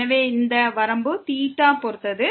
எனவே இந்த வரம்பு θவை பொறுத்தது